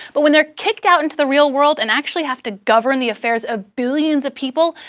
but when they're kicked out into the real world and actually have to govern the affairs of billions of people,